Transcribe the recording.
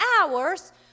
hours